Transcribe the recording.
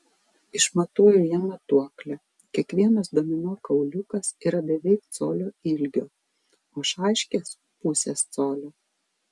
išmatuoju ją matuokle kiekvienas domino kauliukas yra beveik colio ilgio o šaškės pusės colio